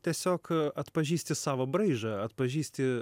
tiesiog atpažįsti savo braižą atpažįsti